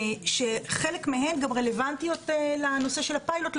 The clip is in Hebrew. כשחלק מהן גם רלוונטיות לנושא הפיילוט.